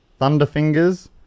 Thunderfingers